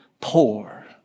poor